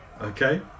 Okay